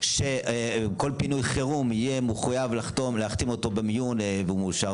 שכל פינוי חירום יהיה מחויב להחתים אותו במיון והוא מאושר,